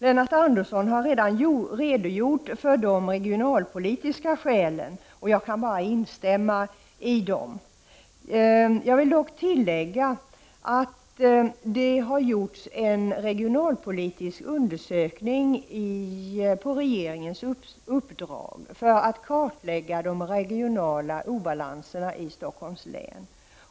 Lennart Andersson har redan redogjort för de regionalpolitiska skälen, och jag kan instämma i dem. Jag kan dock tillägga att det har gjorts en regionalpolitisk undersökning på regeringens uppdrag för att kartlägga de regionala obalanserna i Stockholms län.